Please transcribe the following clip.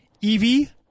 Evie